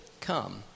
come